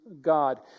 God